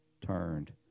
turned